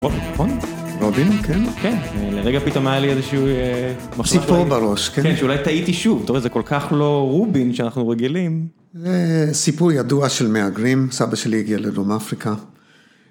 רובין, נכון? רובין, כן. כן, לרגע פתאום היה לי איזשהו... סיפור בראש, כן. כן, שאולי טעיתי שוב. אתה רואה, זה כל כך לא רובין שאנחנו רגילים. סיפור ידוע של מהגרים, סבא שלי הגיע לדרום אפריקה.